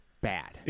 Bad